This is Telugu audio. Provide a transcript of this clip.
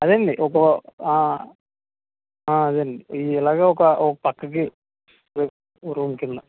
అదేండి ఒక అదేండి ఇలాగ ఒక ఒక పక్కకి ఓ రూమ్ కింద